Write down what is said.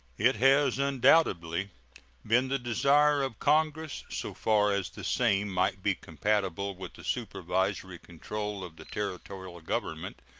it has undoubtedly been the desire of congress, so far as the same might be compatible with the supervisory control of the territorial government,